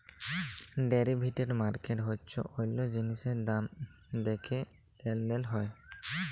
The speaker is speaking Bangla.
ডেরিভেটিভ মার্কেট হচ্যে অল্য জিলিসের দাম দ্যাখে লেলদেল হয়